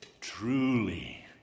Truly